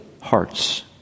hearts